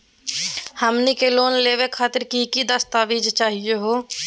हमनी के लोन लेवे खातीर की की दस्तावेज चाहीयो हो?